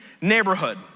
neighborhood